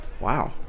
Wow